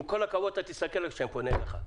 עם כל הכבוד, אתה תסתכל אלי כשאני פונה אליך.